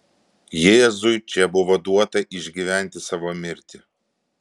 jėzui čia buvo duota išgyventi savo mirtį